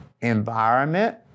environment